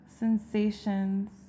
Sensations